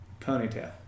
ponytail